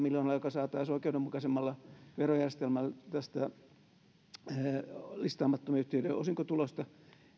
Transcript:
miljoonalla joka saataisiin oikeudenmukaisemmalla verojärjestelmällä listaamattomien yhtiöiden osinkotuloista